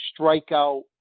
strikeout